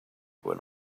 when